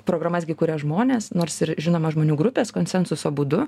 programas gi kuria žmonės nors ir žinoma žmonių grupės konsensuso būdu